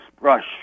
brush